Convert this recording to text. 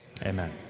Amen